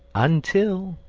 until,